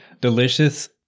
delicious